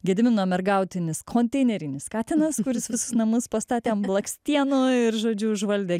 gedimino mergautinis konteinerinis katinas kuris visus namus pastatė ant blakstienų ir žodžiu užvaldė